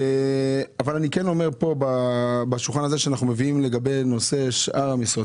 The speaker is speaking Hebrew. אבל אני אדבר לגבי שאר נושאי המשרה.